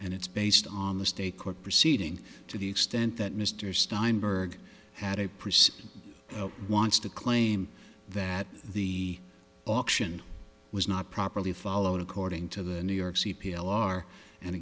and it's based on the state court proceeding to the extent that mr steinberg had a person wants to claim that the auction was not properly followed according to the new york c